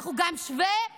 אנחנו גם שווי זכויות.